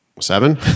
Seven